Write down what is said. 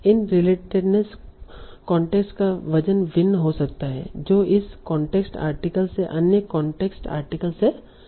इन relatedness context का वजन भिन्न होता है जो इस कांटेक्स्ट आर्टिकल से अन्य कांटेक्स्ट आर्टिकलस से संबंधित है